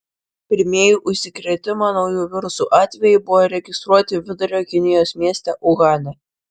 pirmieji užsikrėtimo nauju virusu atvejai buvo registruoti vidurio kinijos mieste uhane